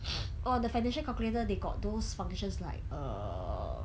oh the financial calculator they got those functions like err